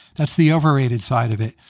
that's the overrated side of it.